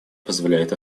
позволяет